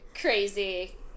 crazy